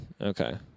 Okay